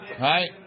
Right